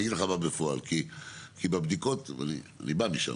אני אגיד לך מה בפועל, אני בא משם.